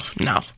no